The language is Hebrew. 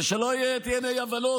ושלא תהיינה אי-הבנות,